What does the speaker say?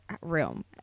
room